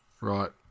Right